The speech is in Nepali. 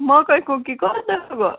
मकैको कि कोदोको